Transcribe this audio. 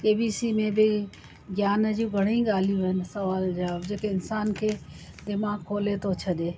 के B C में बि ज्ञान जी घणेई ॻाल्हियूं आहिनि सुवाल जवाब जेके इंसान खे दिमाग़ खोले थो छॾे